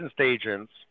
agents